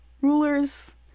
rulers